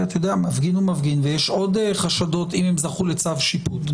מפגין הוא מפגין ויש עוד חשדות אם הם זכו לצו שיפוט.